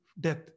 death